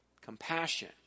compassion